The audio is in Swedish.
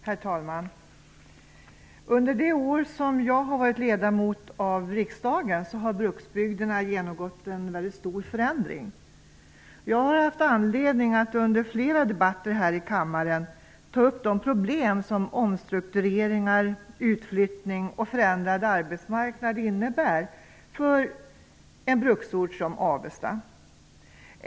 Herr talman! Under de år som jag har varit ledamot av riksdagen, har bruksbygderna genomgått en stor förändring. Jag har haft anledning att under flera debatter här i kammaren ta upp de problem som omstruktureringar, utflyttning och förändrad arbetsmarknad innebär för en bruksort som Avesta.